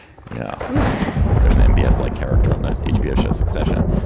yeah there's an mba like character on the hbo show succession.